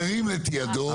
ירים את ידו.